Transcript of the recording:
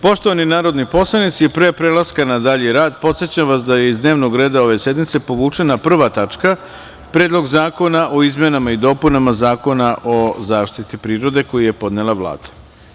Poštovani narodni poslanici, pre prelaska na dalji rad, podsećam vas da je iz dnevnog reda ove sednice povučena prva tačka - PREDLOG ZAKONA O IZMENAMA I DOPUNAMA ZAKONA O ZAŠTITI PRIRODE, KOJI JE PODNELA VLADA.